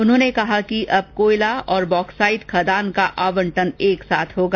उन्होंने कहा कि अब कोयला और बॉक्साइट खदान का आवंटन एक साथ होगा